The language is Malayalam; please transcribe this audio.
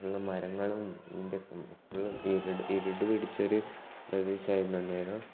ഫുള്ള് മരങ്ങളും ഇതിൻ്റെ ഫുള്ള് ഇരു ഇരുട്ട് പിടിച്ചൊരു പ്രദേശം ആയിരുന്നു അന്നേരം